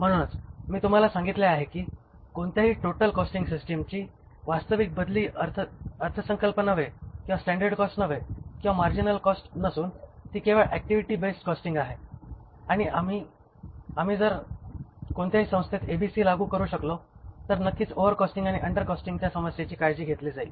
म्हणूनच मी तुम्हाला सांगितले आहे की कोणत्याही टोटल कॉस्टिंग सिस्टिमची वास्तविक बदली अर्थसंकल्प नव्हे किंवा स्टॅंडर्ड कॉस्ट नव्हे किंवा मार्जिनल कॉस्ट नसून ती केवळ ऍक्टिव्हिटी बेस्ड कॉस्टिंग आहे आणि जर आम्ही कोणत्याही संस्थेत एबीसी लागू करू शकलो तर नक्कीच ओव्हरकॉस्टिंग आणि अंडर कॉस्टिंगच्या समस्येची काळजी घेतली जाईल